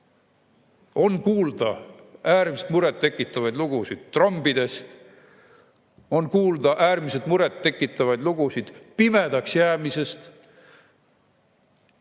On kuulda äärmiselt muret tekitavaid lugusid trombidest. On kuulda äärmiselt muret tekitavaid lugusid pimedaks jäämisest.